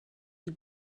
die